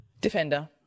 Defender